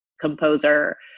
composer